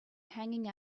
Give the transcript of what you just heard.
hanging